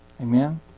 Amen